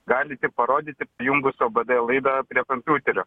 gali tik parodyti prijungus o b d laidą prie kompiuterio